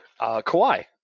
Kawhi